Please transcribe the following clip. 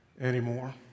anymore